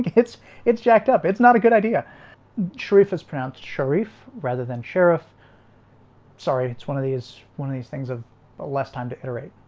it's it's jacked up. it's not a good idea sharif is pronounced sharif rather than sheriff sorry, it's one of these one of these things of ah less time to iterate.